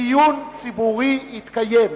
דיון ציבורי יתקיים,